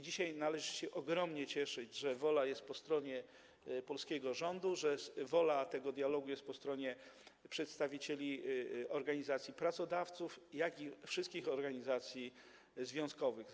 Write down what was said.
Dzisiaj należy się ogromnie cieszyć, że wola jest po stronie polskiego rządu, że wola prowadzenia tego dialogu jest po stronie przedstawicieli organizacji pracodawców i wszystkich organizacji związkowych.